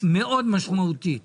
משמעותית מאוד.